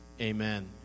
amen